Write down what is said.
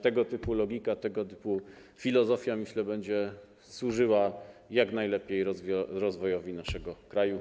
Tego typu logika, tego typu filozofia, myślę, będzie służyła jak najlepiej rozwojowi naszego kraju.